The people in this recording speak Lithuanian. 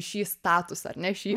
šį statusą ar ne šį